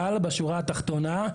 בשורה התחתונה,